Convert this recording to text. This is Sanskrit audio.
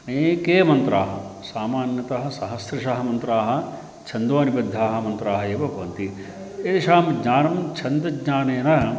अनेके मन्त्राः सामान्यतः सहस्रशः मन्त्राः छन्दोनिबद्धाः मन्त्राः एव भवन्ति तेषां ज्ञानं छन्दज्ञानेन